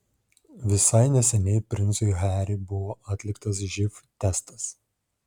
visai neseniai princui harry buvo atliktas živ testas